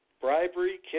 bribery